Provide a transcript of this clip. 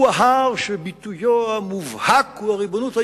היה ההר שביטויו המובהק הוא הריבונות היהודית,